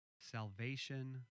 Salvation